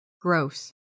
gross